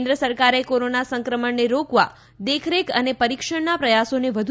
કેન્દ્ર સરકારે કોરોના સંક્રમણને રોકવા દેખરેખ અને પરીક્ષણનાં પ્રયાસોને વધુ